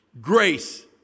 grace